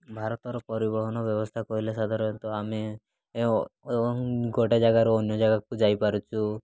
ଭାରତର ପରିବହନ ବ୍ୟବସ୍ଥା କହିଲେ ସାଧାରଣତଃ ଆମେ ଗୋଟେ ଜାଗାରୁ ଅନ୍ୟ ଜାଗାକୁ ଯାଇପାରୁଛୁ